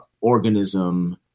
organism